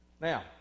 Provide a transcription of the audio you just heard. Now